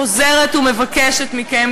חוזרת ומבקשת מכם,